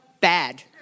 bad